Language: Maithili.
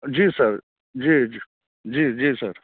जी सर जी जी जी जी सर